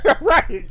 Right